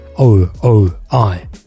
O-O-I